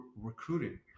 recruiting